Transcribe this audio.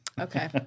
Okay